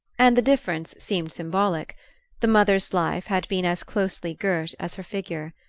and the difference seemed symbolic the mother's life had been as closely girt as her figure.